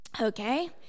okay